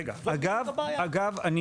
אגב, אני